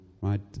right